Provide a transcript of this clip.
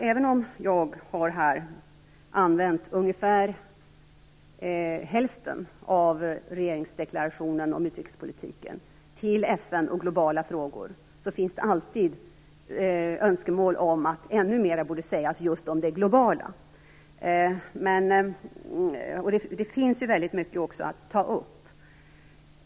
Även om jag här ägnat ungefär hälften av regeringsdeklarationen om utrikespolitiken åt FN och globala frågor finns det alltid önskemål om att ännu mer borde ha sagts om just det globala. Det finns väldigt mycket att ta upp.